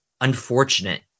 unfortunate